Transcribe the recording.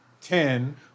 ten